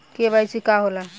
KYC का होला?